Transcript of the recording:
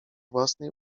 własnej